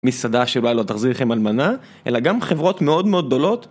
מסעדה שאולי לא תחזיר לכם על מנה, אלא גם חברות מאוד מאוד גדולות